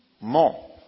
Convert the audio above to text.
more